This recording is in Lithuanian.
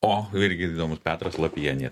o irgi įdomus petras lapienė